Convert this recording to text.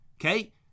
Okay